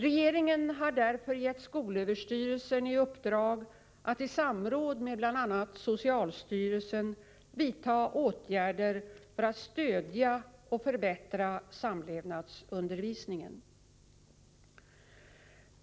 Regeringen har därför gett skolöverstyrelsen i uppdrag att i samråd med bl.a. socialstyrelsen vidta åtgärder för att stödja och förbättra samlevnadsundervisningen.